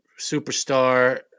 superstar